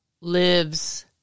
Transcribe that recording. lives